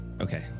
Okay